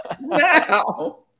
now